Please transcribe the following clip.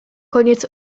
koniec